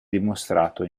dimostrato